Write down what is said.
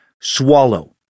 swallow